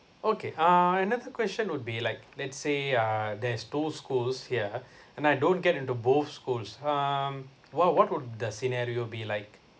okay uh another question would be like let's say uh there's two schools here and I don't get into both schools um what what would the scenario be like